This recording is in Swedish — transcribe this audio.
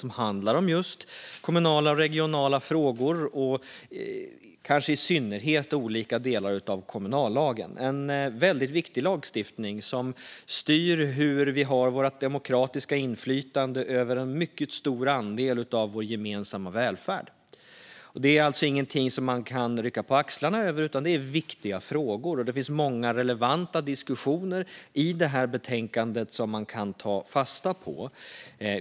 Det handlar om just kommunala och regionala frågor, kanske i synnerhet om olika delar av kommunallagen. Det är en väldigt viktig lagstiftning som styr hur vi har vårt demokratiska inflytande över en mycket stor andel av vår gemensamma välfärd. Det är alltså inget som man kan rycka på axlarna åt, utan det är viktiga frågor. Och det finns många relevanta diskussioner i detta betänkande som man kan ta fasta på.